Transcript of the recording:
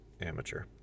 amateur